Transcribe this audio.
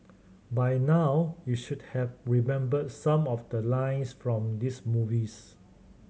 by now you should have remembered some of the lines from this movies